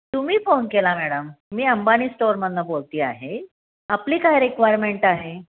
तुम्ही फोन केला मॅडम मी अंबानी स्टोअरमधनं बोलते आहे आपली काय रिक्वायरमेंट आहे